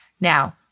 Now